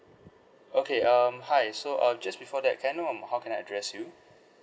okay um hi so uh just before that can I know um how can I address you